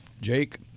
Jake